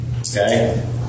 okay